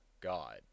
God